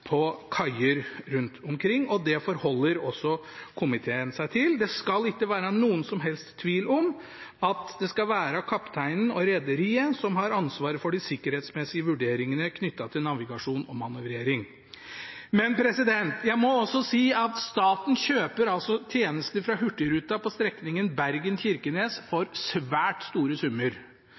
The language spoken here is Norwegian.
til kaier rundt omkring, og det forholder komiteen seg til. Det skal ikke være noen som helst tvil om at det skal være kapteinen og rederiet som har ansvaret for de sikkerhetsmessige vurderingene knyttet til navigasjon og manøvrering. Men jeg må også si: Staten kjøper altså tjenester fra Hurtigruten på strekningen Bergen–Kirkenes for svært store summer,